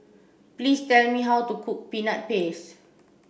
please tell me how to cook peanut paste